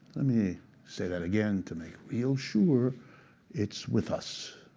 let me say that again to make real sure it's with us.